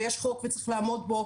יש חוק וצריך לעמוד בו,